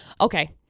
okay